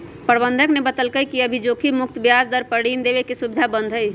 प्रबंधक ने बतल कई कि अभी जोखिम मुक्त ब्याज दर पर ऋण देवे के सुविधा बंद हई